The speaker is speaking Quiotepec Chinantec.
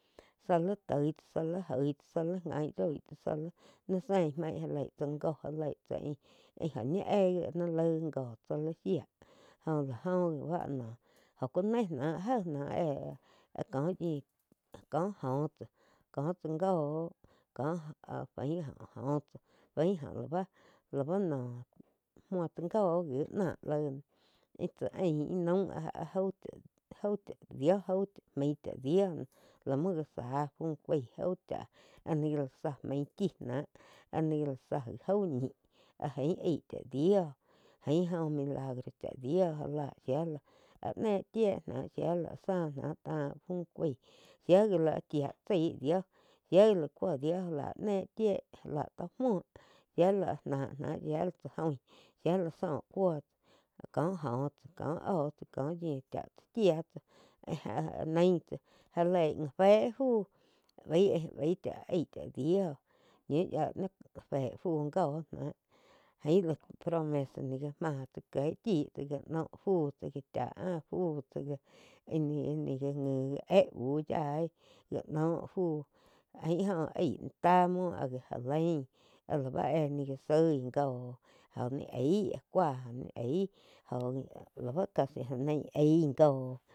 Zá li toi tsá zá li oig tsah zá li gain roi tsá zá li sein maig já leig tsá joh já leig tsá íh oh ñi éh gi ni laig gó tsá li shía óh oh gi báh óh ku néh náj jéh náh éh áh kó yíu có joh tsáh có tsá joh có faín jo oh sá fain óh ba la ba no muo tsá jo ji náh loi na áh cha ain ih naum áh-áh jau chá, jau chá dio mein chá dio lá muo gá záh jau cháh lá záh main chi náh áh ni la zá gi jaú aig cha dio ain oh milagro cha dio shía lah áh neh chie shia la áh záh ná tá. Fu kaig shía gi la chía tsai dio shia gi la cuo dio já lá neh chie já lah tó muo shía la áh náh na shía la áh zóh cúo tsá có joh tsá có oh tsá có yiu cha tsa chia tsá áh nain tsá jéh fé fu bai ai bai aíh cha dio ñiu yia fé fu goh náh ain la promesa ni gá máh tsá kieg chí no fu ni gá cha fu tsá ja ih ni ih, ni gá ngi já éh buh yaí jáh noh fúh ain óh aig muo áh ja, já lain áh la bá éh ni gá zoi joh ni aí cúa oh ni aí jho la ba casi óh ni aíg jóh.